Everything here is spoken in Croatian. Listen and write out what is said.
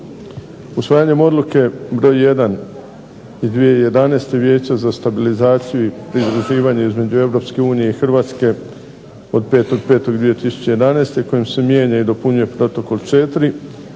Usvajanjem odluke broj 1. iz 2011. Vijeća za stabilizaciju i pridruživanje između Europske unije i Hrvatske od 5.5.2011. kojim se mijenja i dopunjuje protokol 4.